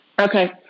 Okay